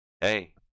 hey